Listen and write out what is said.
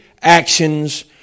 actions